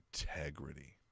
integrity